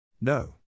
No